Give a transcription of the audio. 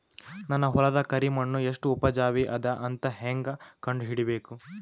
ನನ್ನ ಹೊಲದ ಕರಿ ಮಣ್ಣು ಎಷ್ಟು ಉಪಜಾವಿ ಅದ ಅಂತ ಹೇಂಗ ಕಂಡ ಹಿಡಿಬೇಕು?